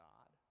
God